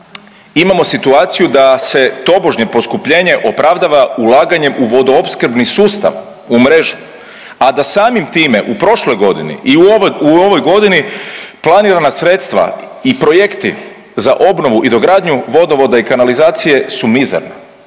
imamo situaciju da se tobožnje poskupljenje opravdava ulaganjem u vodoopskrbni sustav u mrežu, a da samim time u prošloj godini i u ovoj godini planirana sredstva i projekti za obnovu i dogradnju vodovoda i kanalizacije su mizerna